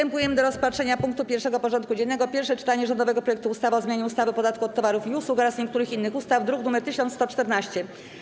Przystępujemy do rozpatrzenia punktu 1. porządku dziennego: Pierwsze czytanie rządowego projektu ustawy o zmianie ustawy o podatku od towarów i usług oraz niektórych innych ustaw (druk nr 1114)